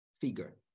figure